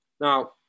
Now